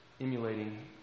emulating